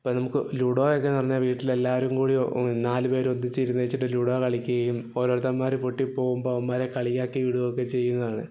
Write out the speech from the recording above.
അപ്പം നമുക്ക് ലുഡോയൊക്കെ എന്ന് പറഞ്ഞാൽ വീട്ടിൽ എല്ലാവരും കൂടി നാലുപേരും ഒന്നിച്ചിരുന്നേച്ചിട്ട് ലുഡോ കളിക്കുകയും ഓരോരുത്തന്മാര് പൊട്ടിപ്പോകുമ്പോൾ അവന്മാരെ കളിയാക്കി വിടുവൊക്കെ ചെയ്യുന്നതാണ്